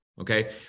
Okay